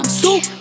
soup